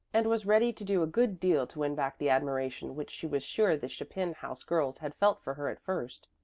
and was ready to do a good deal to win back the admiration which she was sure the chapin house girls had felt for her at first.